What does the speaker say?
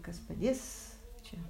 kas padės čia